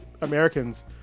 Americans